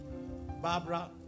barbara